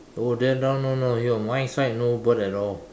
oh then that one no no here my side no bird at all